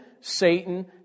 Satan